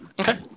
Okay